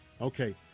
Okay